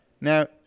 Now